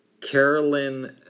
Carolyn